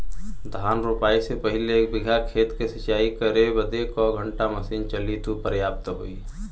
धान रोपाई से पहिले एक बिघा खेत के सिंचाई करे बदे क घंटा मशीन चली तू पर्याप्त होई?